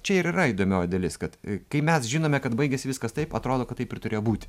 čia ir yra įdomioji dalis kad kai mes žinome kad baigėsi viskas taip atrodo kad taip ir turėjo būti